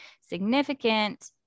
significant